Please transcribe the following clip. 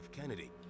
Kennedy